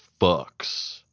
fucks